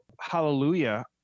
Hallelujah